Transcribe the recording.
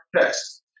test